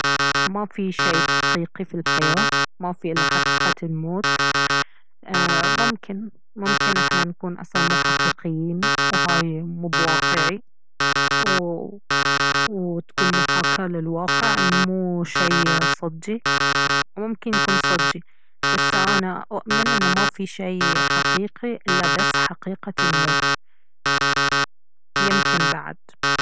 مافي شي حقيقي في الحياة مافي الا حقيقة الموت ايه ممكن ممكن احنا نكون اصلا مو حقيقيين وهاي مب واقعي و وتكون محاكاة للواقع ان مو شي صدقي وممكن يكون صدقي بس انا اؤمن ان مافي شي حقيقي الا بس حقيقة الموت يمكن بعد